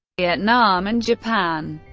vietnam, and japan.